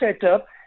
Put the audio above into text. setup